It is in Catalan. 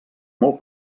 molt